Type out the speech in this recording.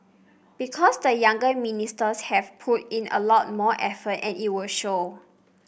because the younger ministers have put in a lot more effort and it will show